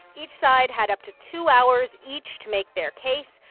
each side had up to two hours each to make their case.